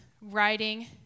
writing